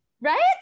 right